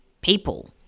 people